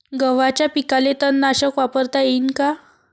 गव्हाच्या पिकाले तननाशक वापरता येईन का?